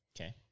Okay